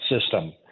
system